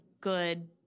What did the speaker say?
good